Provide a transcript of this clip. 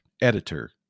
editor